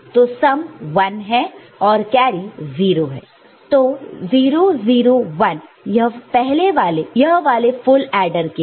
तो सम 1 है और कैरी 0 है तो 0 0 1 यह वाले फुल एडर के लिए